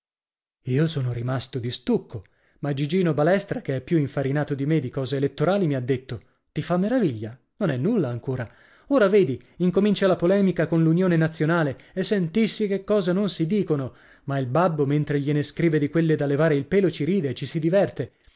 io sono rimasto di stucco ma gigino balestra che è più infarinato di me di cose elettorali mi ha detto ti fa meraviglia non è nulla ancora ora vedi incomincia la polemica con lunione nazionale e sentissi che cosa non si dicono ma il babbo mentre gliene scrive di quelle da levare il pelo ci ride e ci si diverte